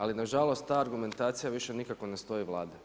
Ali nažalost, ta argumentacija više nikako ne stoji Vladi.